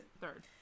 Third